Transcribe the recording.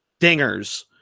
dingers